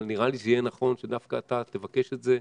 אבל נראה לי שיהיה נכון שדווקא אתה תבקש את זה.